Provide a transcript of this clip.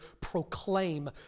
proclaim